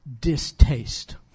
distaste